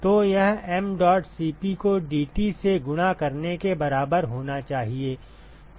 तो यह mdot Cp को dT से गुणा करने के बराबर होना चाहिए